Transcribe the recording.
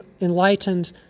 enlightened